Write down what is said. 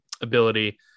ability